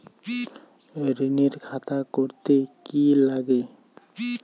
ঋণের খাতা করতে কি লাগে?